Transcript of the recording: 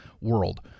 world